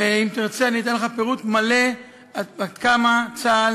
ואם תרצה אני אתן לך פירוט מלא עד כמה צה"ל